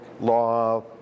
law